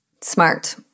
Smart